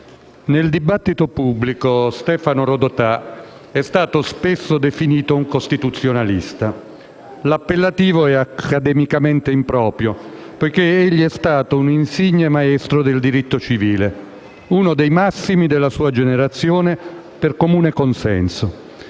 nel dibattito pubblico Stefano Rodotà è stato spesso definito un costituzionalista. L'appellativo è accademicamente improprio poiché egli è stato un insigne maestro del diritto civile; uno dei massimi della sua generazione per comune consenso.